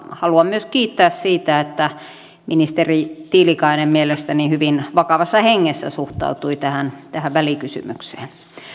haluan myös kiittää siitä että ministeri tiilikainen mielestäni hyvin vakavassa hengessä suhtautui tähän tähän välikysymykseen